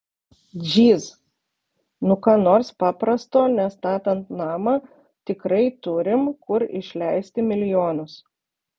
džyz nu ką nors paprasto nes statant namą tikrai turim kur išleisti milijonus